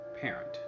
parent